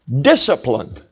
discipline